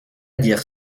dire